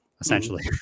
essentially